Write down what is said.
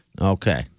Okay